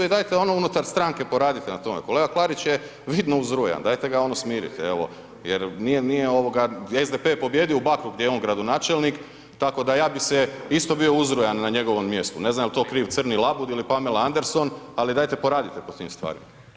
I dajte ono unutar stranke poradite na tome, kolega Klarić je vidno uzrujan dajte ga ono smirite evo jer nije ovoga, SDP je pobijedio u Bakru gdje je on gradonačelnik tako da bi se isto bio uzrujan na njegovom mjestu, ne znam jel to kriv crni labud ili Pamela Anderson, ali dajte poradite po tim stvarima.